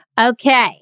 okay